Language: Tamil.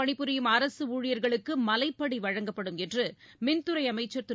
பணிபுரியும் அரசுஊழியர்களுக்குமலைப்படிவழங்கப்படும் என்றுமின்துறைஅமைச்சர் திரு